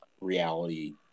reality